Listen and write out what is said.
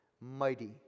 mighty